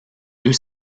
deux